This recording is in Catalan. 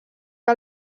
que